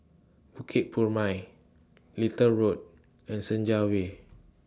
Bukit Purmei Little Road and Senja Way